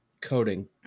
coding